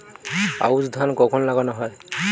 আউশ ধান কখন লাগানো হয়?